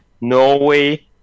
Norway